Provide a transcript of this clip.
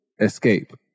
escape